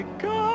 god